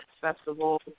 Festival